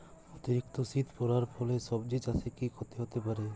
অতিরিক্ত শীত পরার ফলে সবজি চাষে কি ক্ষতি হতে পারে?